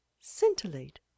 scintillate